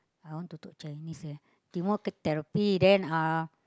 I want to talk Chinese eh chemo therapy then uh